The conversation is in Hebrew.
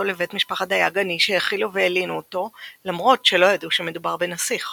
לבית משפחת דייג עני שהאכילו והלינו אותו למרות שלא ידעו שמדובר בנסיך.